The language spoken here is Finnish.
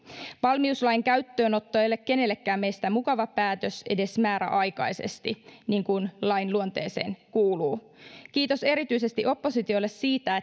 valmiuslain käyttöönotto ei ole kenellekään meistä mukava päätös edes määräaikaisesti niin kuin lain luonteeseen kuuluu kiitos erityisesti oppositiolle siitä